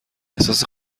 احساس